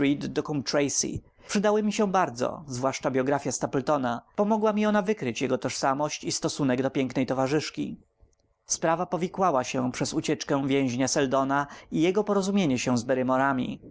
coombe tracey przydały mi się bardzo zwłaszcza biografia stapletona pomogła mi ona wykryć jego tożsamość i stosunek do pięknej towarzyszki sprawa powikłała się przez ucieczkę więźnia seldona i jego porozumienie się z barrymorami i